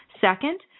Second